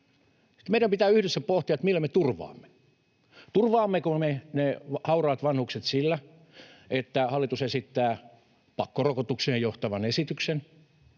Meidän pitää yhdessä pohtia, millä me turvaamme: turvaammeko me ne hauraat vanhukset sillä, että hallitus esittää pakkorokotukseen johtavan esityksen,